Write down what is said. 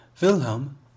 Wilhelm